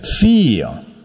Fear